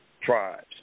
tribes